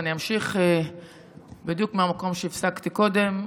אני אמשיך בדיוק מהמקום שהפסקתי קודם.